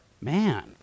man